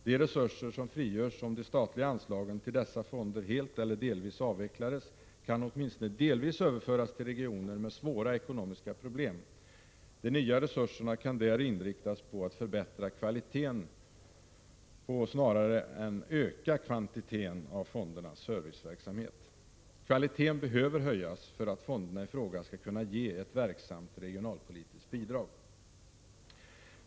De resurser som frigörs om de statliga anslagen till dessa fonder helt eller delvis avvecklas kan åtminstone delvis överföras till regioner med svåra ekonomiska problem. De nya resurserna kan där inriktas på att förbättra kvaliteten på snarare än öka kvantiteten av fondernas serviceverksamhet. Kvaliteten behöver höjas för att fonderna i fråga skall kunna ge ett verksamt regionalpolitiskt bidrag.